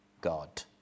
God